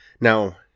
Now